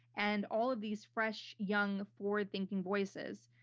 and all of these fresh, young, forward thinking voices.